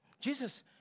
Jesus